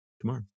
tomorrow